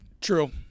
True